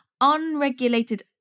unregulated